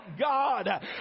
God